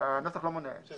הנוסח לא מונע את זה.